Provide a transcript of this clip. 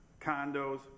condos